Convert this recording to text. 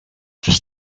just